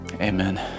Amen